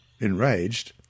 enraged